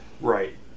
Right